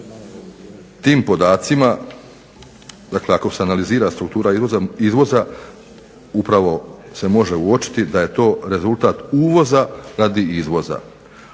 tim podacima dakle ako se analizira struktura izvoza upravo se može uočiti da je to rezultat uvoza radi izvoza,